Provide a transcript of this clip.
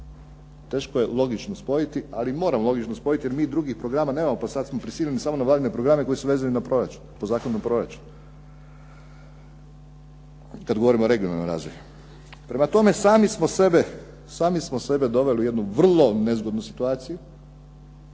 Teško je logično spojiti, ali moram logično spojiti jer mi drugih programa nemamo pa smo sada prisiljeni samo na vladine programe koji su vezani po Zakonu o proračunu, kada govorimo o regionalnom razvoju. Prema tome, sami smo sebe doveli u jednu vrlo nezgodnu situaciju